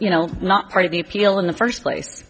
you know not part of the appeal in the first place